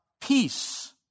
peace